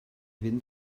fynd